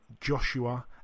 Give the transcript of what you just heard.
Joshua